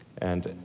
and